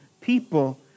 people